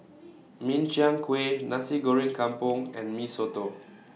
Min Chiang Kueh Nasi Goreng Kampung and Mee Soto